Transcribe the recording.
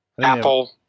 Apple